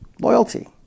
Loyalty